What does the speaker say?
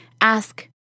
Ask